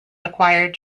acquired